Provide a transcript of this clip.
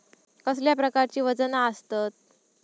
कसल्या प्रकारची वजना आसतत?